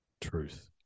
truth